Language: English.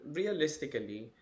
realistically